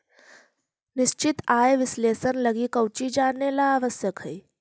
निश्चित आय विश्लेषण लगी कउची जानेला आवश्यक हइ?